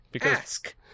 ask